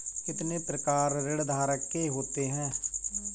कितने प्रकार ऋणधारक के होते हैं?